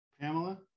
Pamela